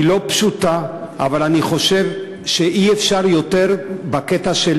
היא לא פשוטה, אבל אני חושב שאי-אפשר יותר בקטע של